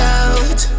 out